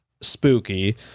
spooky